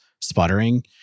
sputtering